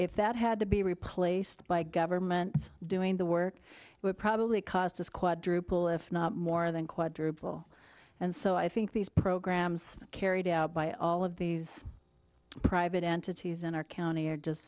if that had to be replaced by government doing the work it would probably cost as quadruple if not more than quadruple and so i think these programs are carried out by all of these private entities in our county are just